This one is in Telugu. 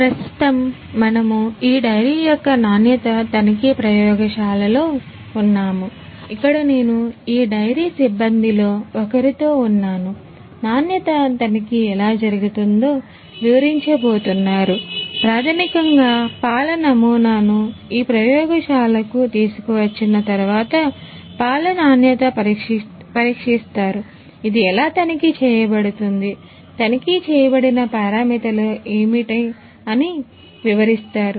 ప్రస్తుతం మనము ఈ డెయిరీ యొక్క నాణ్యతా ఏమిటి అని వివరిస్తారు